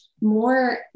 more